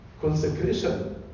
Consecration